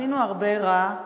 עשינו הרבה רע,